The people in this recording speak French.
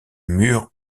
mur